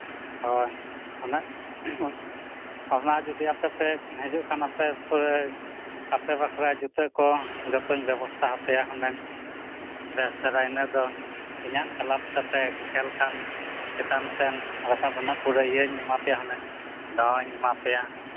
ᱦᱳᱭ ᱩᱱᱟᱹᱜ ᱚᱱᱟ ᱡᱩᱫᱤ ᱟᱯᱮᱯᱮ ᱦᱤᱡᱩᱜ ᱠᱷᱟᱱ ᱟᱯᱮ ᱯᱮ ᱟᱯᱮ ᱵᱟᱠᱷᱨᱟ ᱡᱩᱛᱟᱹᱠᱚ ᱡᱚᱛᱚᱧ ᱵᱮᱵᱚᱥᱛᱷᱟ ᱟᱯᱮᱭᱟ ᱦᱩᱱᱟᱹᱝ ᱵᱮᱥ ᱫᱷᱟᱨᱟ ᱤᱱᱟᱹᱫᱚ ᱤᱧᱟᱹᱜ ᱠᱞᱟᱵᱽᱛᱮᱯᱮ ᱠᱷᱮᱞ ᱠᱷᱟᱱ ᱪᱮᱛᱟᱱᱥᱮᱱ ᱨᱟᱠᱟᱯ ᱨᱮᱭᱟᱜ ᱯᱩᱨᱟᱹ ᱤᱭᱟᱹᱧ ᱮᱢᱟᱯᱮᱭᱟ ᱦᱩᱱᱟᱹᱝ ᱫᱟᱣᱤᱧ ᱮᱢᱟᱯᱮᱭᱟ